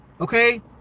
Okay